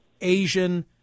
Asian